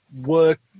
work